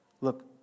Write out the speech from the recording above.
Look